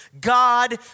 God